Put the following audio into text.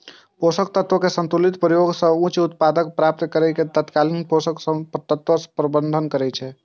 पोषक तत्व के संतुलित प्रयोग सं उच्च उत्पादकता प्राप्त करै के तकनीक पोषक तत्व प्रबंधन छियै